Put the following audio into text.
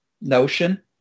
notion